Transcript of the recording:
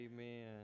amen